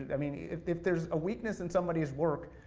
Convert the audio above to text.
i mean if if there's a weakness in somebody's work,